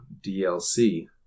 DLC